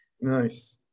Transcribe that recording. Nice